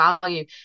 value